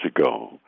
ago